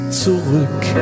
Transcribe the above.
zurück